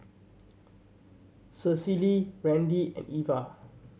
Cecily Randi and Ivah